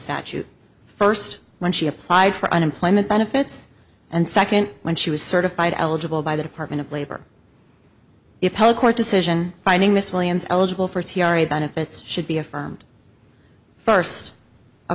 statute first when she applied for unemployment benefits and second when she was certified eligible by the department of labor if the court decision finding miss williams eligible for t r a benefits should be affirmed first a